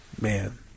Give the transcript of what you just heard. man